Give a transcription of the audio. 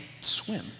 swim